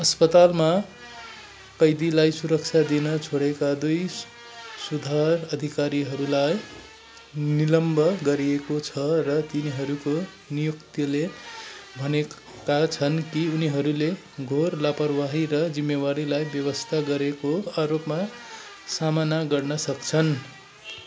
अस्पतालमा कैदीलाई सुरक्षा दिन छोडेका दुई सुधार अधिकारीहरूलाई निलम्बन गरिएको छ र तिनीहरूको नियोक्ताले भनेका छन् कि उनीहरूले घोर लापरवाही र जिम्मेवारीलाई बेवास्ता गरेको आरोपको सामना गर्न सक्छन्